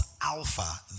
alpha